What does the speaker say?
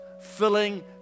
filling